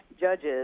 judges